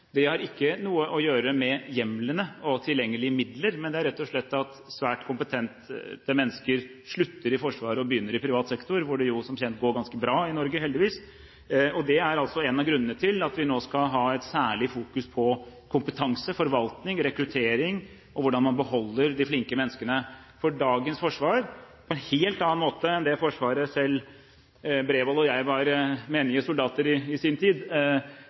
Det har ikke noe å gjøre med hjemlene og tilgjengelige midler, men det har rett og slett å gjøre med at svært kompetente mennesker slutter i Forsvaret og begynner i privat sektor, hvor det som kjent går ganske bra i Norge, heldigvis. Det er en av grunnene til at vi nå skal ha særlig fokus på kompetanse, forvaltning, rekruttering og på hvordan man beholder de flinke menneskene. For dagens forsvar, på en helt annen måte enn det forsvaret Bredvold og jeg var menige soldater i i sin tid,